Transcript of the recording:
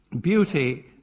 beauty